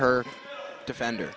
her defender